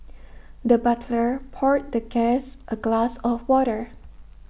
the butler poured the guest A glass of water